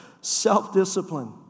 Self-discipline